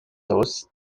dos